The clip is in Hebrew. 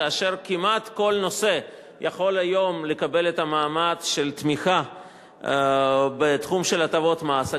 כאשר כמעט כל נושא יכול היום לקבל את המעמד של תמיכה בתחום של הטבות מס,